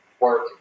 work